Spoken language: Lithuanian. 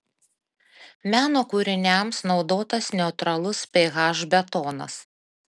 meno kūriniams naudotas neutralaus ph betonas